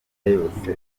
yose